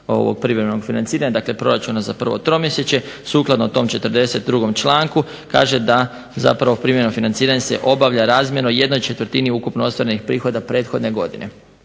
privremenog financiranja dakle proračuna za prvo tromjesečje. Sukladno tom 42. članku kaže da privremeno financiranje se obavlja razmjerno jednoj četvrtini ukupno ostvarenih prihoda prethodne godine.